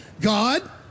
God